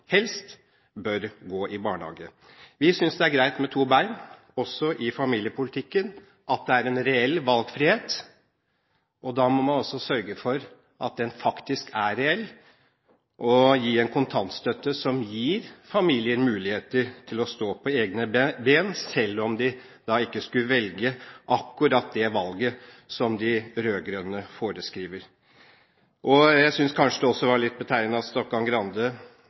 helst bør gå i barnehage. Vi synes det er greit med to ben også i familiepolitikken – at det er en reell valgfrihet. Da må man også sørge for at den faktisk er reell og gi en kontantstøtte som gir familier muligheter til å stå på egne ben, selv om de da kanskje ikke velger akkurat det som de rød-grønne foreskriver. Jeg synes kanskje også det var litt